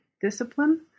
discipline